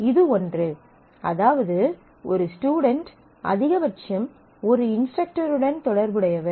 எனவே இது 1 அதாவது ஒரு ஸ்டுடென்ட் அதிகபட்சம் ஒரு இன்ஸ்ட்ரக்டருடன் தொடர்புடையவர்